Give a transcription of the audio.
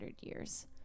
years